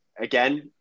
again